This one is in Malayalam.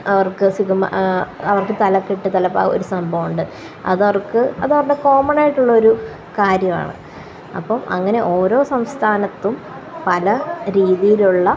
അവര്ക്ക് സുഖം അവര്ക്ക് തലക്കെട്ട് തലപ്പാവ് ഒരു സംഭവമുണ്ട് അത് അവര്ക്ക് അത് അവിടെ കോമണായിട്ടുള്ള ഒരു കാര്യമാണ് അപ്പോള് അങ്ങനെ ഓരോ സംസ്ഥാനത്തും പല രീതിയിലുള്ള